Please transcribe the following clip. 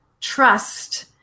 Trust